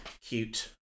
cute